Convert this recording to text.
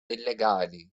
illegali